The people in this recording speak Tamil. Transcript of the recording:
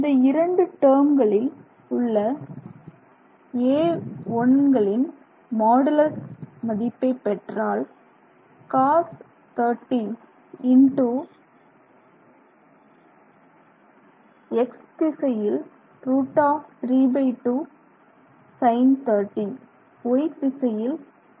இந்த இரண்டு டெர்ம்களில் உள்ள a1 களின்மாடுலஸ் மதிப்பை பெற்றால் cos 30 X திசையில் √32 sin Y திசையில் 12